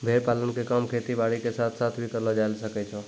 भेड़ पालन के काम खेती बारी के साथ साथ भी करलो जायल सकै छो